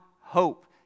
hope